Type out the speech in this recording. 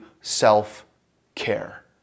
self-care